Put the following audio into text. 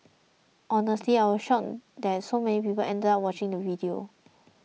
honestly I was shocked that so many people ended up watching the video